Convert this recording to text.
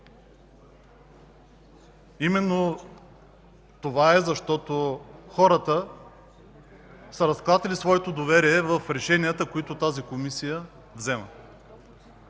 именно защото хората са разклатили своето доверие в решенията, които тази Комисия взема.